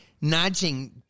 nudging